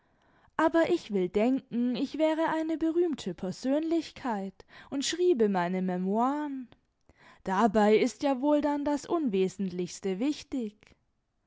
aber ich will denken ich wäre eine berühmte persönlichkeit und schriebe meine memoiren dabei ist ja wohl dann das unwesentlichste wichtig